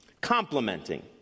Complementing